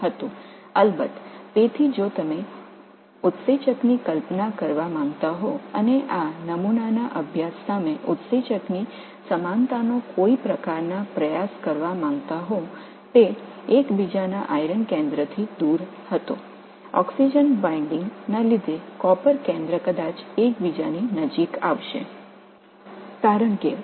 நிச்சயமாக நீங்கள் விரும்பினால் போல நொதியை கற்பனை செய்து இந்த மாதிரியுடன் நொதியின் ஒருவித ஒற்றுமையைக் கொண்டிருக்க முயற்சிக்கவும் இது ஒன்றுக்கொன்று இரும்பு மையத்திலிருந்து வெகு தொலைவில் இருந்தது ஆக்ஸிஜன் பிணைப்பின் மீது காப்பர் மையம் ஒருவேளை அவை ஒன்றுக்கொன்று அருகில் வந்து சேரும்